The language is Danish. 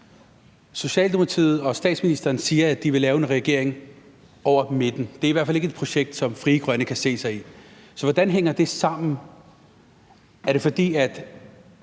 Socialdemokratiet og statsministeren siger, at de vil lave en regering over midten. Det er i hvert fald ikke et projekt, som Frie Grønne kan se sig selv i. Så hvordan hænger det sammen? Er det, fordi